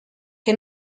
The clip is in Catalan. que